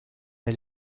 der